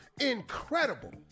incredible